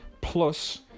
plus